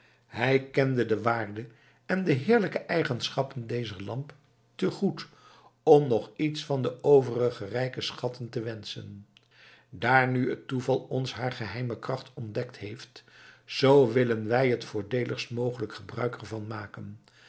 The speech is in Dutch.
hij kende de waarde en de heerlijke eigenschappen dezer lamp te goed om nog iets van de overige rijke schatten te wenschen daar nu het toeval ons haar geheime kracht ontdekt heeft zoo willen wij het voordeeligst mogelijke gebruik er van maken